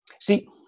See